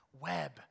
web